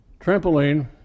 Trampoline